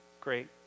Great